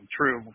true